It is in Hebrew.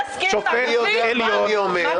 אני לא מבינה מה הבעיה?